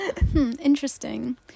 interesting